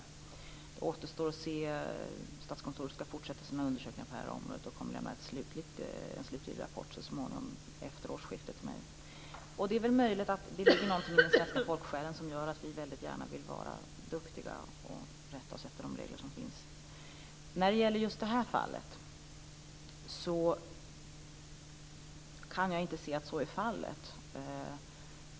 Det återstår att se. Statskontoret skall fortsätta sina undersökningar på detta område och kommer att lämna en slutlig rapport så småningom, efter årsskiftet, till mig. Det är möjligt att det finns någonting i den svensk folksjälen som gör att vi väldigt gärna vill vara duktiga och rätta oss efter de regler som finns. När det gäller just detta fall kan jag inte se att så är fallet.